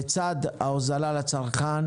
לצד ההוזלה לצרכן,